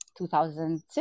2006